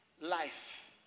life